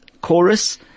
chorus